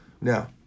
now